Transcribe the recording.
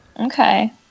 Okay